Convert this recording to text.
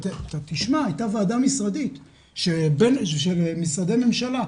אתה תשמע שהייתה ועדה משרדית של משרדי ממשלה,